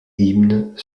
hymne